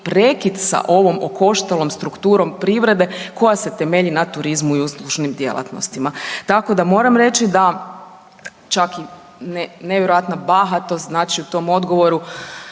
prekid sa ovom okoštalom strukturom privrede koja se temelji na turizmu i uslužnim djelatnostima. Tako da moram reći da čak i nevjerojatna bahatost znači u tom odgovoru